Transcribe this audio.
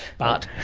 but?